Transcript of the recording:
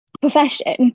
profession